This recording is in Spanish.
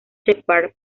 sheppard